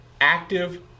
active